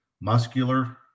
muscular